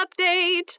update